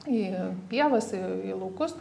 į pievas į į laukus